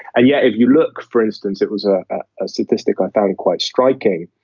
and yeah. if you look, for instance, it was ah ah a statistic i found quite striking.